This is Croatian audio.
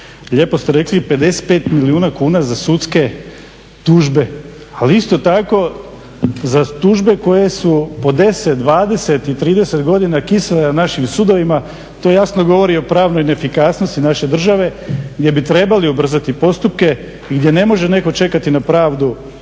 Lijepo ste rekli 55 milijuna kuna za sudske tužbe, ali isto tako za tužbe koje se po 10, 20 i 30 godina kisele na našim sudovima. To jasno govori o pravnoj neefikasnosti naše države gdje bi trebali ubrzati postupke i gdje ne može netko čekati na pravdu